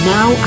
Now